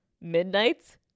midnight's